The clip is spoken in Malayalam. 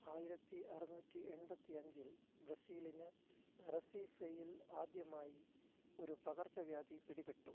ആയിരത്തി അറുന്നൂറ്റി എൺപത്തിയഞ്ചിൽ ബ്രസീലിന് റെസീഫെയിൽ ആദ്യമായി ഒരു പകർച്ചവ്യാധി പിടിപെട്ടു